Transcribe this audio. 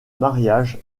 mariage